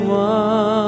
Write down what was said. one